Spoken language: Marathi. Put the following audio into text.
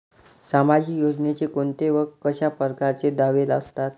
सामाजिक योजनेचे कोंते व कशा परकारचे दावे असतात?